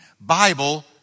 Bible